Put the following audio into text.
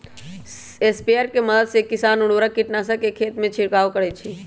sprayer के मदद से किसान उर्वरक, कीटनाशक के खेतमें छिड़काव करई छई